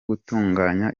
gutunganya